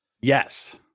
Yes